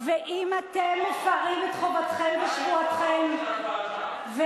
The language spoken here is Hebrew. ואם אתם מפירים את חובתכם ושבועתכם, היתה שם.